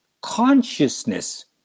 Consciousness